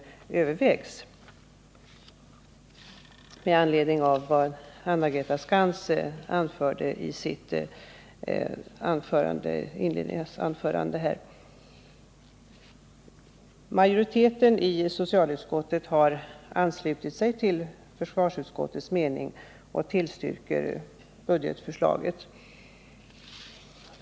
Jag nämner detta med anledning av vad Anna-Greta Skantz sade i sitt inledningsanförande. Majoriteten i socialutskottet har anslutit sig till försvarsutskottets mening och tillstyrker budgetförslaget.